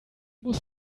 muss